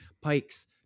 Pikes